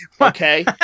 okay